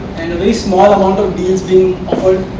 and very small of um but deals being offered,